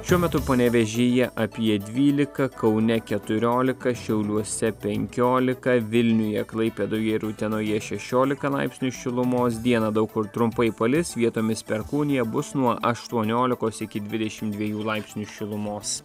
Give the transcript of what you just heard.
šiuo metu panevėžyje apie dvylika kaune keturiolika šiauliuose penkiolika vilniuje klaipėdoje ir utenoje šešiolika laipsnių šilumos dieną daug kur trumpai palis vietomis perkūnija bus nuo aštuoniolikos iki dvidešim dviejų laipsnių šilumos